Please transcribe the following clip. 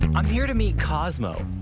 i'm here to meet cosmo,